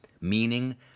meaning